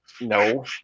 No